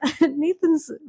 nathan's